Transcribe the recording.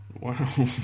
wow